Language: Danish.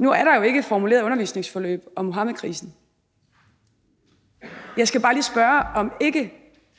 Nu er der jo ikke et formuleret undervisningsforløb om Muhammedkrisen. Jeg skal bare lige spørge, om ikke